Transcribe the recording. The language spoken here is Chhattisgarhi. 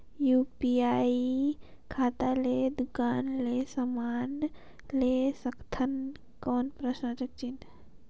यू.पी.आई खाता ले दुकान ले समान ले सकथन कौन?